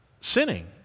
sinning